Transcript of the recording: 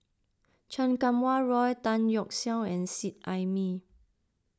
Chan Kum Wah Roy Tan Yeok Seong and Seet Ai Mee